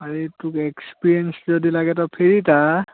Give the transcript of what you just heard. আৰে তোক এক্সপিৰিয়েঞ্চ যদি লাগে তই ফেৰীত আহ